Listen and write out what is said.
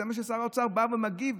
זה מה ששר האוצר בא ומדגים.